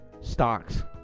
stocks